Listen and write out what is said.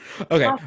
Okay